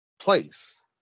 place